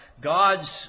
God's